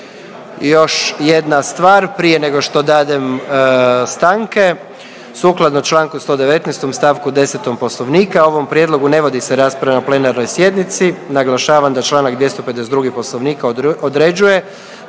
još jedna stvar, prije nego što dadem stanke, sukladno čl. 119. st. 10. Poslovnika o ovom prijedlogu ne vodi se rasprava na plenarnoj sjednici, naglašavam da čl. 252. Poslovnika određuje